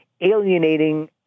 alienating